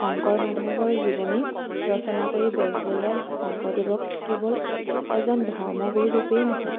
শংকৰ মাধৱৰ জীৱনী ৰচনা কৰি বেজবৰুৱাই শংকৰদেৱক কেৱল এজন ধৰ্মগুৰু ৰূপেই নহয়